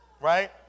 right